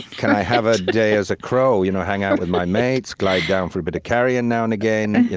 can i have a day as a crow? you know, hang out with my mates, glide down for a bit of carrion now and again?